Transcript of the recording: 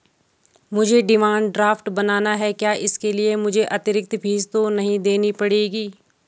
मुझे demand draft बनाना है क्या इसके लिए मुझे अतिरिक्त फीस तो नहीं देनी पड़ेगी?